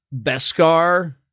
Beskar